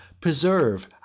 Preserve